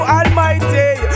Almighty